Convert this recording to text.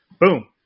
boom